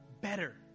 better